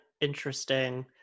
interesting